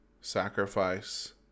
sacrifice